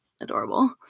adorable